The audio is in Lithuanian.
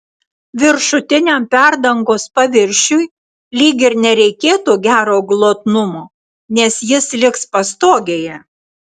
viršutiniam perdangos paviršiui lyg ir nereikėtų gero glotnumo nes jis liks pastogėje